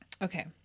Okay